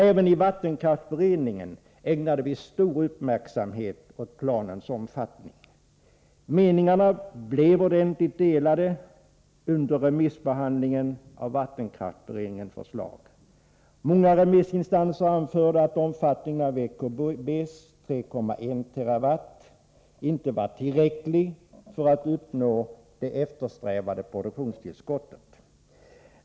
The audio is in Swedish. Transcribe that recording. Även i vattenkraftsberedningen ägnade vi stor uppmärksamhet åt planens omfattning. Meningarna blev ordentligt delade under remissbehandlingen av vattenkraftsberedningens förslag. Många remissinstanser anförde att omfattningen enligt VKB:s förslag med 3,1 TWh inte var tillräcklig för att uppnå det eftersträvade produktionstillskottet.